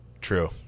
True